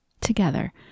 Together